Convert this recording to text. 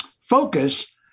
focus